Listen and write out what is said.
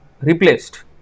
replaced